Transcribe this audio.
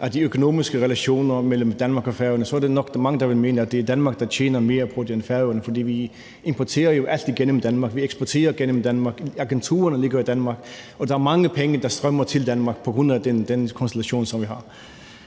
af de økonomiske relationer mellem Danmark og Færøerne, så er der nok mange, der vil mene, at det er Danmark, der tjener mere på det end Færøerne. For vi importerer jo alt igennem Danmark, og vi eksporterer gennem Danmark, agenturerne ligger jo i Danmark, og der er mange penge, der strømmer til Danmark på grund af den konstellation, som vi har.